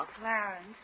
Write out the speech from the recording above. Clarence